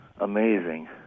Amazing